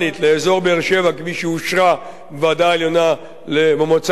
כפי שאושרה במועצה העליונה לתכנון ובנייה,